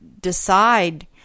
decide